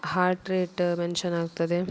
heart rate mention ಆಗ್ತದೆ